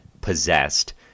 possessed